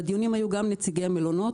בדיונים היו גם נציגי המלונות,